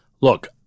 Look